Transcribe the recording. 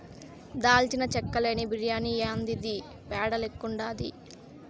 దాల్చిన చెక్క లేని బిర్యాని యాందిది పేడ లెక్కుండాది